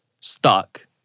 stuck